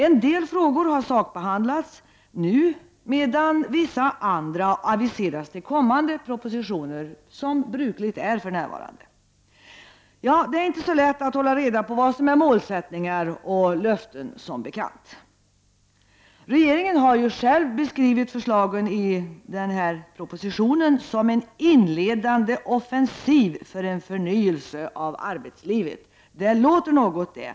En del frågor har sakbehandlats nu, medan vissa andra aviserats till kommande propositioner, som brukligt är för närvarande. Det är som bekant inte så lätt att hålla reda på vad som är målsättningar och vad som är löften. Regeringen har själv beskrivit förslagen i denna proposition som en inledande offensiv för en förnyelse av arbetslivet. Det låter något det.